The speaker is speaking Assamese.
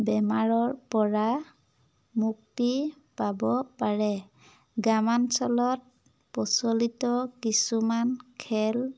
বেমাৰৰপৰা মুক্তি পাব পাৰে গ্ৰামাঞ্চলত প্ৰচলিত কিছুমান খেল